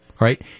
right